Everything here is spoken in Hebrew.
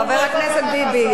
חבר הכנסת ביבי,